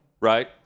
right